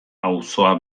auzoa